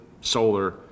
solar